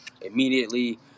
immediately